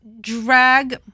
drag